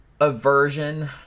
aversion